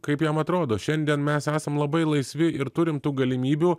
kaip jam atrodo šiandien mes esam labai laisvi ir turim tų galimybių